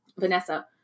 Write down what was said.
Vanessa